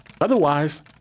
otherwise